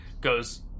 goes